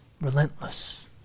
relentless